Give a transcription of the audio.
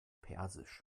persisch